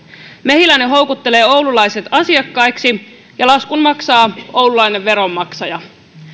mehiläinen houkuttelee oululaiset asiakkaiksi ja laskun maksaa oululainen veronmaksaja